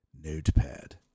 Notepad